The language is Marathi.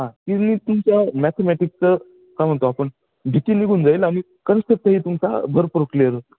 हां तिन्ही तुमच्या मॅथमॅटिक्सचं का म्हणतो आपण भिती निघून जाईल आणि कन्सेप्टही तुमचा भरपूर क्लिअर होतं